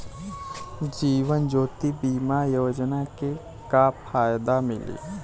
जीवन ज्योति बीमा योजना के का फायदा मिली?